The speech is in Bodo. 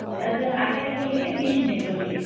जों आखायजोंबो लुयो मेसिनजोंबो लुयो